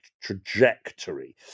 trajectory